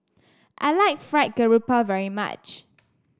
I like Fried Garoupa very much